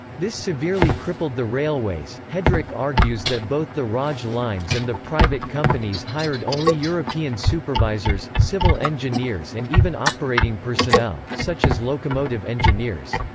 this severely crippled the railways headrick argues that both the raj lines and the private companies hired only european supervisors, civil engineers and even operating personnel, such as locomotive engineers.